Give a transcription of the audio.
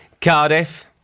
Cardiff